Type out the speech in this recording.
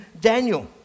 Daniel